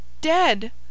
Dead